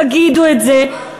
תגידו את זה,